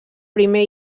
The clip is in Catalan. primer